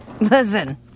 Listen